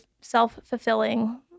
self-fulfilling